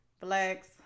flex